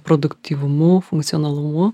produktyvumu funkcionalumu